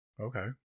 Okay